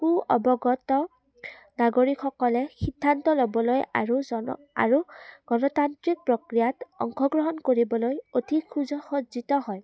কু অৱগত নাগৰিকসকলে সিদ্ধান্ত ল'বলৈ আৰু জন আৰু গণতান্ত্ৰিক প্ৰক্ৰিয়াত অংশগ্ৰহণ কৰিবলৈ অধিক সুজ সজ্জিত হয়